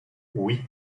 oui